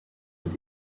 with